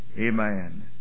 amen